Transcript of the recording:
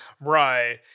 Right